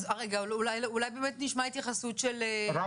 אולי באמת נשמע התייחסות של המנכ"ל.